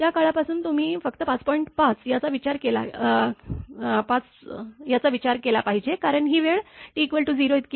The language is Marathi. त्या काळापासून तुम्ही फक्त 5 याचा विचार केला पाहिजे कारण ही वेळ t 0 इतकी आहे